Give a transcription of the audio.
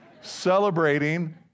celebrating